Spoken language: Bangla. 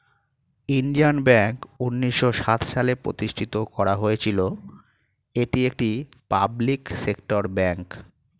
ইন্ডিয়ান ব্যাঙ্ক উন্নিশো সাত সালে প্রতিষ্ঠিত করা হয়েছিল, এটি একটি পাবলিক সেক্টর ব্যাঙ্ক